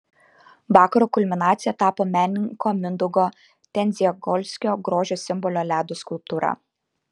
vakaro kulminacija tapo menininko mindaugo tendziagolskio grožio simbolio ledo skulptūra